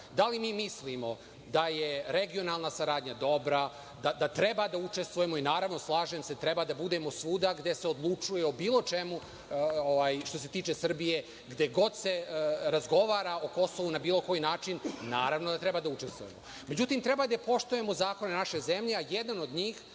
da li mi mislimo da je regionalna saradnja dobra, da treba da učestvujemo i, naravno, slažem se, treba da budemo svuda gde se odlučuje o bilo čemu što se tiče Srbije, gde god se razgovara o Kosovu na bilo koji način i naravno da treba da učestvujemo. Međutim, treba da poštujemo zakone naše zemlje, a jedan od njih